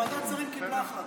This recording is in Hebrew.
ועדת שרים קיבלה החלטה.